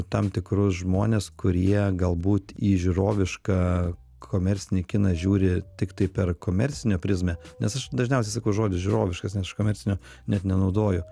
tam tikrus žmones kurie galbūt į žiūrovišką komercinį kiną žiūri tiktai per komercinę prizmę nes aš dažniausiai sakau žodį žiūroviškas nes aš komercinio net nenaudoju